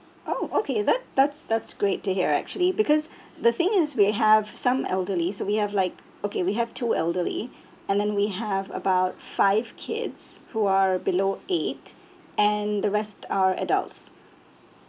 oh okay that that's that's great to hear actually because the thing is we have some elderly so we have like okay we have two elderly and then we have about five kids who are below eight and the rest are adults